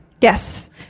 Yes